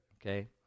Okay